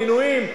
מינויים.